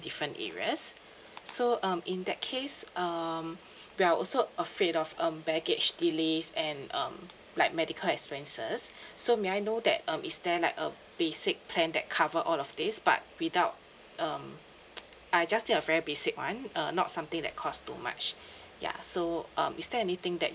different areas so um in that case um we are also afraid of um baggage delays and um like medical expenses so may I know that um is there like a basic plan that cover all of these but without um I just take a very basic [one] uh not something that cost too much ya so um is there anything that